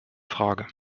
frage